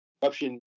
Corruption